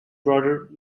broader